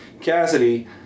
Cassidy